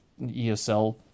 ESL